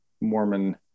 Mormon